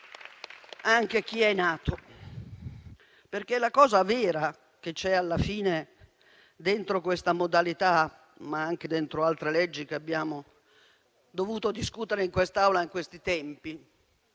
anche chi è nato. La cosa vera che c'è, alla fine, dentro questa modalità, ma anche dentro altre leggi che abbiamo dovuto discutere in quest'Aula in questi tempi,